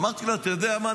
ואמרתי לו: אתה יודע מה,